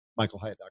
michaelhyatt.com